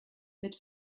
mit